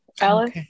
Alice